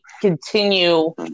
continue